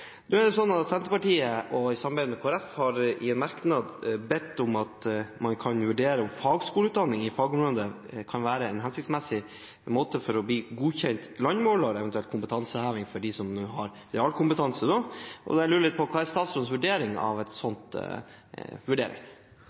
Senterpartiet har sammen med Kristelig Folkeparti i en merknad bedt om at man vurderer om fagskoleutdanning på området kan være en hensiktsmessig måte å bli godkjent landmåler på, eventuelt kompetanseheving for dem som nå har realkompetanse. Jeg lurer på hva som er statsrådens vurdering av